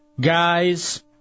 guys